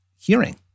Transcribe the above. hearing